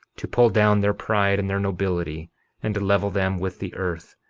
to pull down their pride and their nobility and level them with the earth,